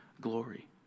glory